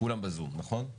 כולם בזום, נכון?